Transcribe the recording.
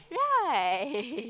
right